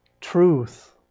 truth